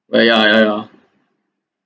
ya ya ya ya